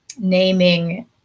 naming